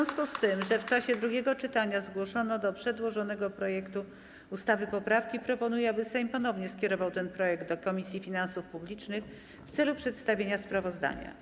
W związku z tym, że w czasie drugiego czytania zgłoszono do przedłożonego projektu ustawy poprawki, proponuję, aby Sejm ponownie skierował ten projekt do Komisji Finansów Publicznych w celu przedstawienia sprawozdania.